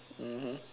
mmhmm